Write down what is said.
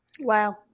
Wow